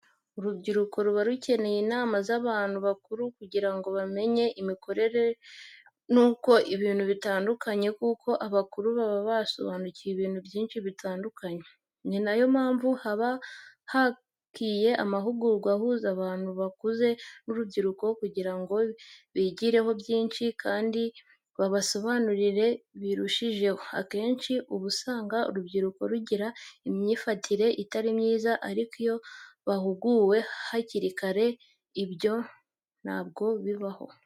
Urubyiruko ruba rukeneye inama z'abantu bakuru kugira ngo bamenye imikorere n'uko ibintu bitandukanye kuko abakuru baba basobanukiwe ibintu byinshi bitandukanye. Ni na yo mpamvu haba hakwiye amahugurwa ahuza abantu bakuze n'urubyiruko kugira ngo bigireho byinshi kandi babasobanurire birushijeho. Akenshi uba usanga urubyiruko rugira imyifatire itari myiza ariko iyo bahuguwe hakiri kare ibyo ntabwo bibaho.